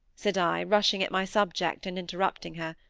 said i, rushing at my subject and interrupting her,